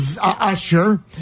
usher